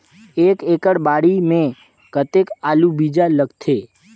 एक एकड़ बाड़ी मे कतेक आलू बीजा लगथे?